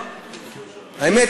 האמת,